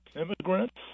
immigrants